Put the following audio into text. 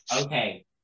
Okay